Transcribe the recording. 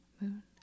moon